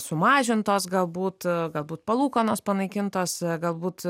sumažintos galbūt galbūt palūkanos panaikintos galbūt